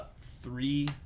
three